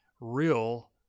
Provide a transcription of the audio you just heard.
real